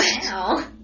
Wow